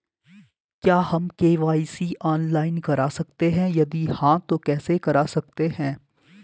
क्या हम KYC online करा सकते हैं यदि हाँ तो कैसे करा सकते हैं?